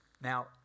Now